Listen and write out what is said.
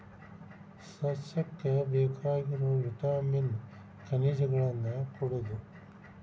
ಸಸ್ಯಕ್ಕ ಬೇಕಾಗಿರು ವಿಟಾಮಿನ್ ಖನಿಜಗಳನ್ನ ಕೊಡುದು